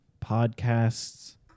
podcasts